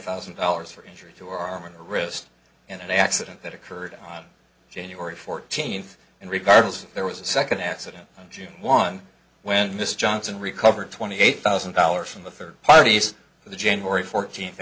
thousand dollars for injury to arm and wrist in an accident that occurred on january fourteenth and regardless there was a second accident in june one when mr johnson recovered twenty eight thousand dollars from the third parties the january fourteenth